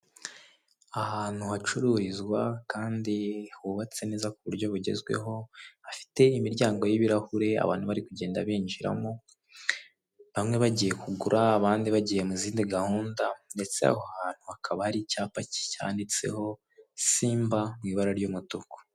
Ahantu hacururizwa kandi hubatse neza ku buryo bugezweho hafite imiryango y'ibirahure abantu bari kugenda binjiramo, bamwe bagiye kugura ababandi bagiye mu zindi gahunda ndetse aho hantu hakaba hari icyapa cyanditseho Simba mu ibara ry'umutuku.